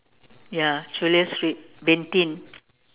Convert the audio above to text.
ya Chulia street Beng-Thin